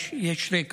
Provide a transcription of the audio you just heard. יש רקע.